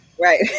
Right